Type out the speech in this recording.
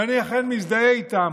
ואני אכן מזדהה איתם,